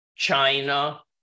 China